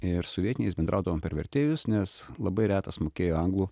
ir su vietiniais bendraudavom per vertėjus nes labai retas mokėjo anglų